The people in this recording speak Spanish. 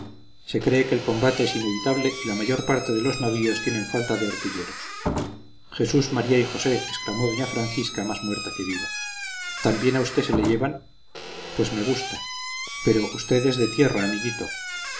se cree que el combate es inevitable y la mayor parte de los navíos tienen falta de artilleros jesús maría y josé exclamó doña francisca más muerta que viva también a usted se le llevan pues me gusta pero usted es de tierra amiguito